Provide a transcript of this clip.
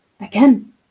again